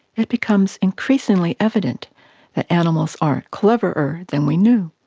it becomes increasingly evident that animals are cleverer than we knew,